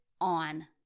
on